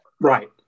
right